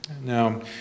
Now